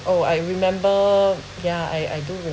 oh I remember ya I I do